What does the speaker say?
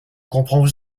comprends